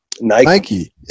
Nike